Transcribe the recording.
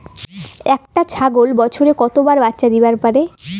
একটা ছাগল বছরে কতবার বাচ্চা দিবার পারে?